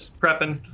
prepping